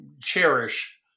cherish